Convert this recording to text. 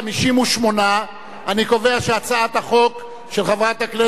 58. אני קובע שהצעת החוק של חברת הכנסת,